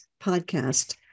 podcast